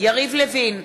יריב לוין,